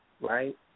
Right